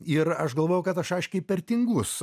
ir aš galvojau kad aš aiškiai per tingus